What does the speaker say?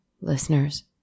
listeners